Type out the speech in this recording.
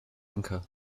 anchor